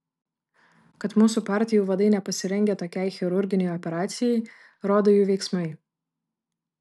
kad mūsų partijų vadai nepasirengę tokiai chirurginei operacijai rodo jų veiksmai